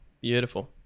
beautiful